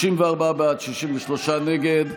54 בעד, 63 נגד.